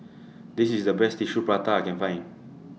This IS The Best Tissue Prata that I Can Find